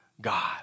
God